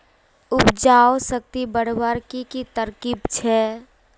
उपजाऊ शक्ति बढ़वार की की तरकीब छे?